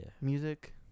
Music